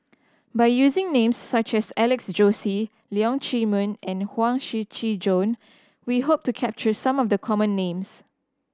by using names such as Alex Josey Leong Chee Mun and Huang Shiqi Joan we hope to capture some of the common names